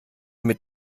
mit